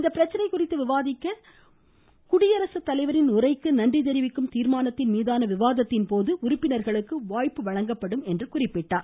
இந்த பிரச்னை குறித்து விவாதிக்க குடியரசு தலைவரின் உரைக்கு நன்றி தெரிவிக்கும் தீர்மானத்தின் மீதான விவாதத்தின்போது உறுப்பினர்களுக்கு வாய்ப்பு வழங்கப்படும் என்றார்